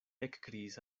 ekkriis